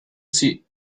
see